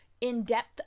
in-depth